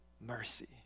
mercy